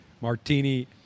martini